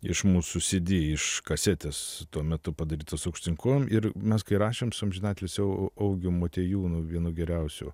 iš mūsų cd iš kasetės tuo metu padarytos aukštyn kojom ir mes kai rašėm su amžinatilsiu augiu motiejūnu vienų geriausių